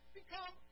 become